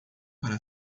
para